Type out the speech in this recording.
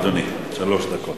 אדוני, שלוש דקות.